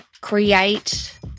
create